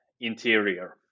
interior